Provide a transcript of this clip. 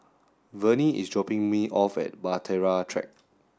Vernie is dropping me off at Bahtera Track